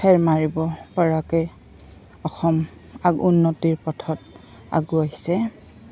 ফেৰ মাৰিব পৰাকৈ অসম আগ উন্নতিৰ পথত আগুৱাইছে